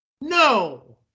No